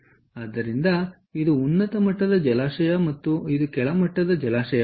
ಆದ್ದರಿಂದ ಇದು ಉನ್ನತ ಮಟ್ಟದ ಜಲಾಶಯ ಮತ್ತು ಇದು ಕೆಳಮಟ್ಟದ ಜಲಾಶಯವಾಗಿದೆ